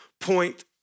point